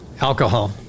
Alcohol